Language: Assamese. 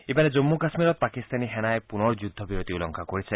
ইফালে জম্মু কাম্মীৰত পাকিস্তানী সেনাই পুনৰ যুদ্ধবিৰতি উলংঘা কৰিছে